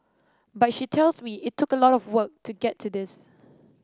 but she tells me it took a lot of work to get to this